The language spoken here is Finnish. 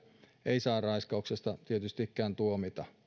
ei saa raiskauksesta tietystikään tuomita